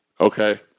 Okay